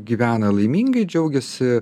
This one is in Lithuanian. gyvena laimingai džiaugiasi